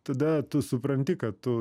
tada tu supranti kad tu